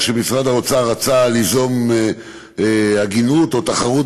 כשמשרד האוצר רצה ליזום הגינות או תחרות